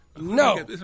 No